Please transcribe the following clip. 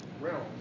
realm